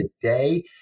today